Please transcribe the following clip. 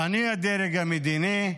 אני הדרג המדיני,